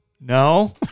no